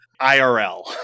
IRL